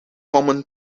common